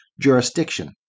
jurisdiction